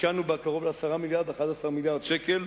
השקענו בה קרוב ל-11-10 מיליארד שקל,